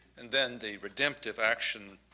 and then the redemptive action,